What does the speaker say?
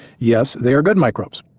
yes, they are good microbes,